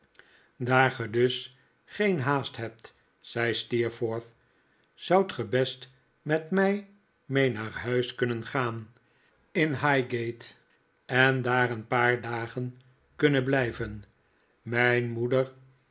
ge dus geen haast hebt zei steerforth zoudt ge best met mij mee naar huis kunnen gaan in highgate en daar een paar dagen kunnen blijven mijn moeder